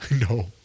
No